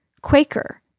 Quaker